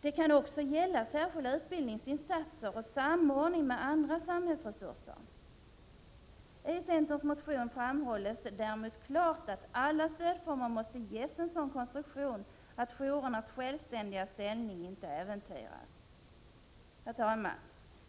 Det kan också gälla särskilda utbildningsinsatser och samordning med andra samhällsresurser. I centerns motion framhålls däremot klart att alla stödformer måste ges en sådan konstruktion att jourernas självständiga ställning inte äventyras. Herr talman!